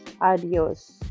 adios